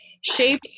shape